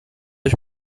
ich